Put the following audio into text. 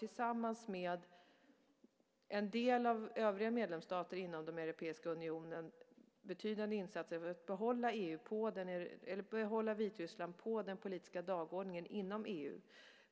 Tillsammans med en del av de övriga medlemsstaterna inom den europeiska unionen gör vi betydande insatser för att behålla Vitryssland på den politiska dagordningen inom EU.